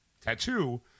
tattoo